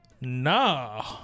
Nah